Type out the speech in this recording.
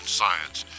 science